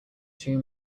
two